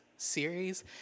series